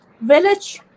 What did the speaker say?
village